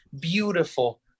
beautiful